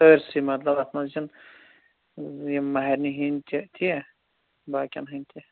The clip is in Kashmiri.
سأرِسٕے مطلب اتھ منٛز چھِنہٕ یِم مَہرنہِ ہِنٛدۍ چھِ تیٖیٛاہ باقین ہِنٛدۍ تہِ